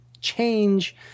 change –